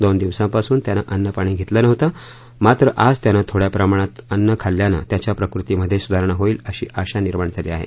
दोन दिवसांपासन त्यानं अन्नपाणी घेतलं नव्हतं मात्र आज त्यानं थोड़या प्रमाणात अन्न खाल्यानं त्याच्या प्रकृतीमध्ये सुधारणा होईल अशी आशा निर्माण झाली आहे